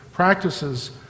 Practices